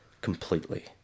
completely